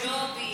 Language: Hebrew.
ג'ובים.